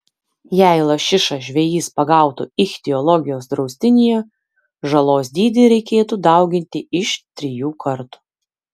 jei lašišą žvejys pagautų ichtiologijos draustinyje žalos dydį reikėtų dauginti iš trijų kartų